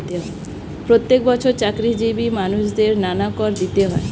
প্রত্যেক বছর চাকরিজীবী মানুষদের নানা কর দিতে হয়